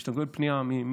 וכשאתה מקבל פניות ממישהו,